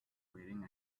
wearing